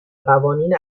قوانین